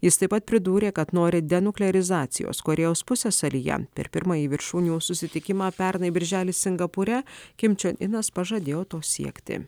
jis taip pat pridūrė kad nori denuklerizacijos korėjos pusiasalyje per pirmąjį viršūnių susitikimą pernai birželį singapūre kim čion inas pažadėjo to siekti